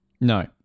no